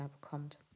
bekommt